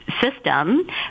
system